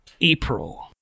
April